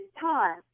time